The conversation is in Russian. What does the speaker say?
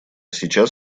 сейчас